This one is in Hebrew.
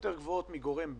יותר גבוהות מגורם ב'.